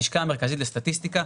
הלשכה המרכזית לסטטיסטיקה,